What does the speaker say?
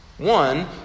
One